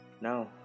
now